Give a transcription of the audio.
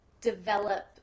develop